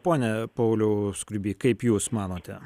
pone pauliau skruiby kaip jūs manote